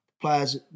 players